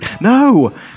No